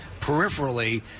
peripherally